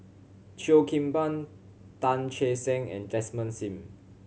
Cheo Kim Ban Tan Che Sang and Desmond Sim